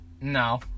No